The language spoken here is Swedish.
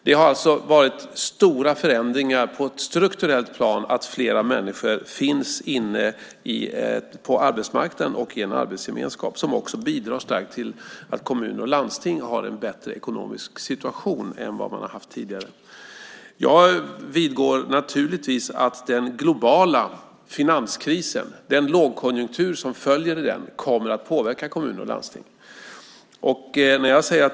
Det har alltså varit stora förändringar på ett strukturellt plan så att fler människor finns inne på arbetsmarknaden och i en arbetsgemenskap - som också bidrar starkt till att kommuner och landsting har en bättre ekonomisk situation än vad man har haft tidigare. Jag vidgår naturligtvis att den globala finanskrisen och den lågkonjunktur som följer på den kommer att påverka kommuner och landsting.